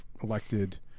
elected